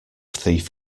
thief